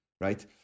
right